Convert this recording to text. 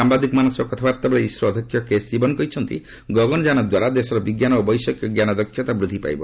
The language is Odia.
ସାମ୍ଭାଦିକମାନଙ୍କ ସହ କଥାବାର୍ତ୍ତାବେଳେ ଇସ୍ରୋ ଅଧ୍ୟକ୍ଷ କେ ଶିବନ୍ କହିଛନ୍ତି ଗଗନଯାନଦ୍ୱାରା ଦେଶର ବିଜ୍ଞାନ ଓ ବୈଷୟିକ ଜ୍ଞାନ ଦକ୍ଷତା ବୃଦ୍ଧି ପାଇବ